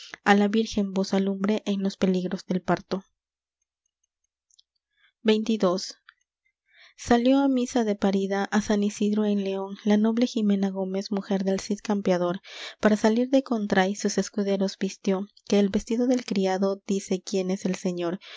á la virgen vos alumbre en los peligros del parto xxii salió á misa de parida á san isidro en león la noble jimena gómez mujer del cid campeador para salir de contray sus escuderos vistió que el vestido del criado dice quién es el señor